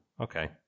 Okay